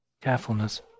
carefulness